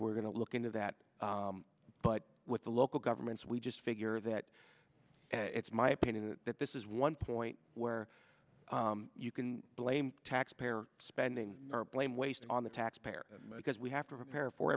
we're going to look into that but with the low government's we just figure that it's my opinion that this is one point where you can blame taxpayer spending or blame waste on the taxpayer because we have to repair for